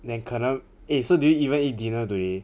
then 可能 eh so do you even eat dinner today